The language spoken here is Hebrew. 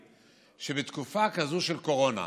בתקופה כזאת של קורונה,